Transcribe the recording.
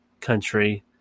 country